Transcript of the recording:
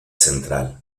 central